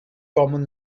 common